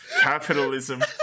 Capitalism